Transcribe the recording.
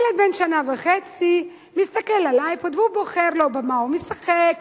ילד בן שנה וחצי מסתכל על אייפוד והוא בוחר לו במה הוא משחק,